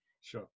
Sure